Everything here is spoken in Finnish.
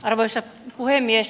arvoisa puhemies